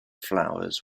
flowers